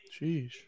Jeez